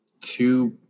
two